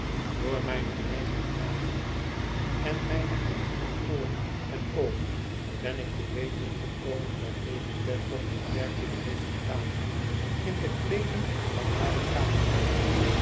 door mijne eigene navraag en mijne eigene ooren en oogen ben ik te weten gekomen dat lady dedlock dit werkelijk heeft gedaan in de kleeding van hare kamenier